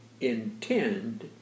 intend